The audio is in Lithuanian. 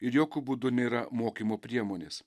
ir jokiu būdu nėra mokymo priemonės